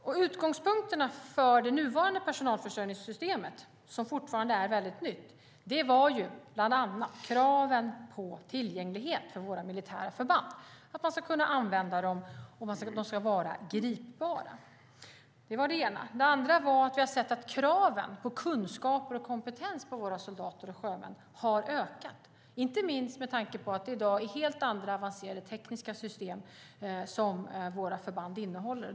En av utgångspunkterna för det nuvarande personalförsörjningssystemet, som fortfarande är väldigt nytt, var bland annat kraven på tillgänglighet på våra militära förband. Man ska kunna använda dem och de ska vara gripbara. En annan utgångspunkt var att vi har sett att kraven på kunskaper och kompetens hos våra soldater och sjömän har ökat, inte minst med tanke på att det i dag är helt andra avancerade tekniska system som våra förband använder.